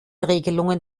regelungen